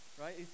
Right